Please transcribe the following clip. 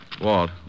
Walt